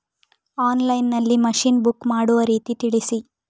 Online ನಲ್ಲಿ machine book ಮಾಡುವ ರೀತಿ ತಿಳಿಸಿ?